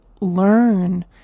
learn